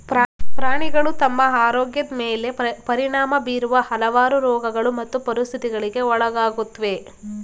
ಪ್ರಾಣಿಗಳು ತಮ್ಮ ಆರೋಗ್ಯದ್ ಮೇಲೆ ಪರಿಣಾಮ ಬೀರುವ ಹಲವಾರು ರೋಗಗಳು ಮತ್ತು ಪರಿಸ್ಥಿತಿಗಳಿಗೆ ಒಳಗಾಗುತ್ವೆ